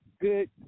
Good